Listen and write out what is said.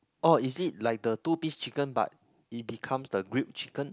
oh is it like the two piece chicken but it becomes the grilled chicken